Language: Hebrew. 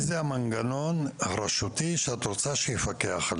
מי זה המנגנון הרשותי שאת רוצה שיפקח על